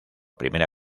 primera